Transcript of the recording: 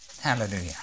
Hallelujah